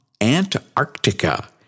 Antarctica